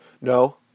No